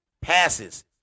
passes